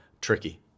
tricky